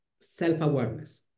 self-awareness